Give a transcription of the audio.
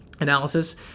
analysis